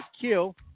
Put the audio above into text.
kill